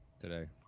today